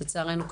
לצערנו,